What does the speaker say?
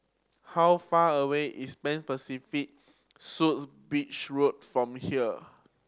how far away is Pan Pacific Suites Beach Road from here